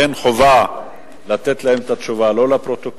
אין חובה לתת להם את התשובה, גם לא לפרוטוקול.